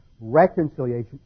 reconciliation